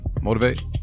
Motivate